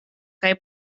kaj